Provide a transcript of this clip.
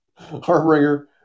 Heartbreaker